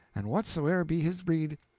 and whatsoever be his breed,